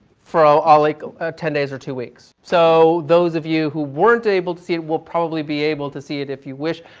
for ah ah like ah ten ten days or two weeks. so those of you who weren't able to see it will probably be able to see it if you wish.